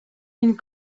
une